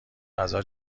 غذا